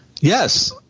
Yes